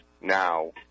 now